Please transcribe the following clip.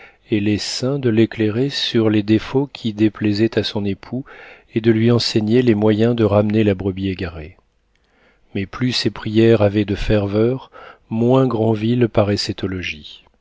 et les saints de l'éclairer sur les défauts qui déplaisaient à son époux et de lui enseigner les moyens de ramener la brebis égarée mais plus ses prières avaient de ferveur moins granville paraissait au logis